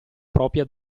propria